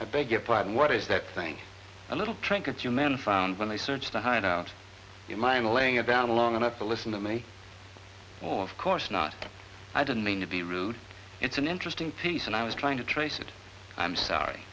i beg your pardon what is that thing a little trinket your man found when they searched behind the mine laying it down long enough to listen to me well of course not i didn't mean to be rude it's an interesting piece and i was trying to trace it i'm sorry